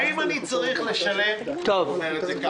האם אני צריך לשלם משכורות לעוד 10 שנים?